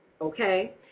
okay